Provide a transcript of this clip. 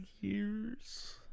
Year's